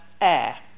Air